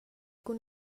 cun